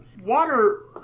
Water